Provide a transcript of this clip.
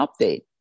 update